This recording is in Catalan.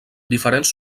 diferents